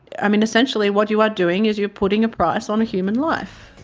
um and essentially what you are doing is you're putting a price on human life.